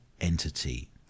entity